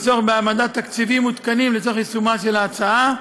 יש צורך בהעמדת תקציבים ותקנים לצורך יישומה של ההצעה.